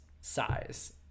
size